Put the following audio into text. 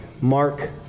Mark